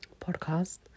podcast